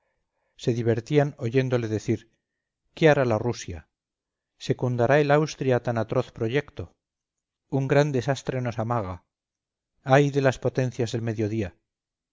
se divertían oyéndole decir qué hará la rusia secundará el austria tan atroz proyecto un gran desastre nos amaga ay de las potencias del mediodía